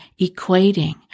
equating